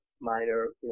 minor